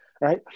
right